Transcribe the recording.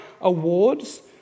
awards